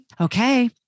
Okay